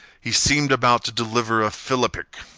he seemed about to deliver a philippic.